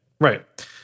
right